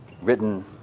written